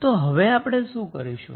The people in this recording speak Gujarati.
તો હવે આપણે શું કરીશું